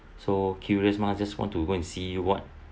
so curious mah just want to go and see what